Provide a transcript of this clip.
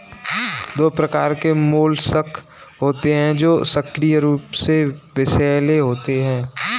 दो प्रकार के मोलस्क होते हैं जो सक्रिय रूप से विषैले होते हैं